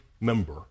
member